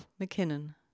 McKinnon